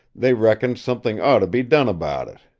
they reckoned something ought to be done about it.